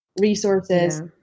resources